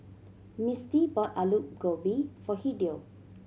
Misty bought Alu Gobi for Hideo